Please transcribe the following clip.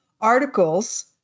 articles